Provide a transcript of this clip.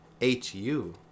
H-U